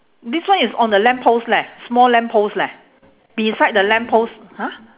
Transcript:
this one is on the lamp post leh small lamp post leh beside the lamp post !huh!